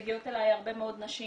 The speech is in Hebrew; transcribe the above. מגיעות אליי הרבה מאוד נשים